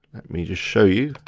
me just show you.